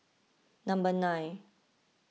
number nine